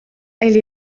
elle